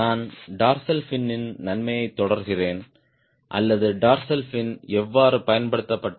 நான் டார்சல் ஃபினின் நன்மையைத் தொடர்கிறேன் அல்லது டார்சல் ஃபின் எவ்வாறு பயன்படுத்தப்பட்டது